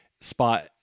spot